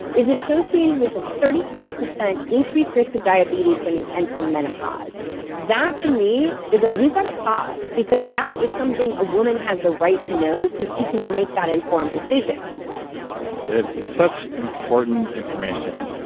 is associated with a thirty five percent increased risk of diabetes when you enter menopause that, to me, is like, we've got to pause, because that is something a woman has the right to know, so she can make that informed decision it's such important information,